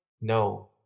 No